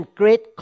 great